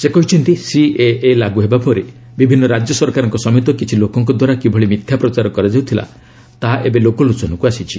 ସେ କହିଛନ୍ତି ସିଏଏ ଲାଗୁ ହେବା ପରେ ବିଭିନ୍ନ ରାଜ୍ୟସରକାରଙ୍କ ସମେତ କିଛି ଲୋକଙ୍କ ଦ୍ୱାରା କିଭଳି ମିଥ୍ୟା ପ୍ରଚାର କରାଯାଉଥିଲା ତାହା ଏବେ ଲୋକଲୋଚନକୁ ଆସିଛି